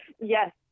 Yes